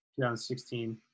2016